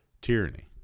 tyranny